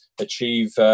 achieve